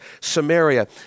Samaria